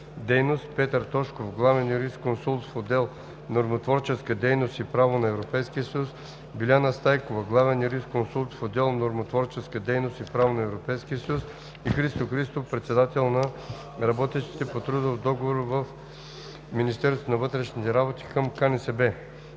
дейност“, Петър Тошков – главен юрисконсулт в отдел „Нормотворческа дейност и право на Европейския съюз“, Биляна Стайкова – главен юрисконсулт в отдел „Нормотворческа дейност и право на Европейския съюз“, и Христо Христов – председател на работещите по трудов договор в МВР към КНСБ.